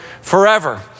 forever